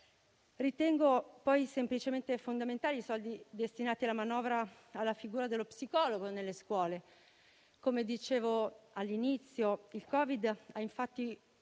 Ritengo poi semplicemente fondamentali i soldi destinati dalla manovra alla figura dello psicologo nelle scuole. Come dicevo all'inizio, il Covid ha infatti